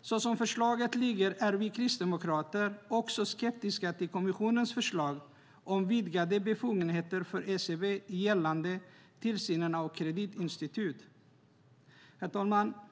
Så som förslaget ligger är vi kristdemokrater också skeptiska till kommissionens förslag om vidgade befogenheter för ECB gällande tillsynen av kreditinstitut. Herr talman!